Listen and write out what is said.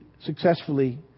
successfully